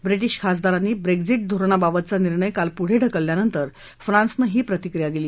British खासदारांनी Brexit धोरणाबाबतचा निर्णय काल पुढे ढकलल्यानंतर फ्रान्सनं ही प्रतिक्रिया दिली